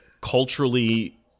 culturally